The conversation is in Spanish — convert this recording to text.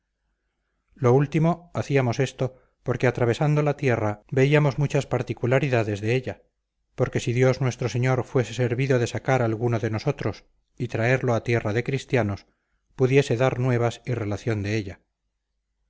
lo último hacíamos esto porque atravesando la tierra veíamos muchas particularidades de ella porque si dios nuestro señor fuese servido de sacar alguno de nosotros y traerlo a tierra de cristianos pudiese dar nuevas y relación de ella